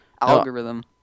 algorithm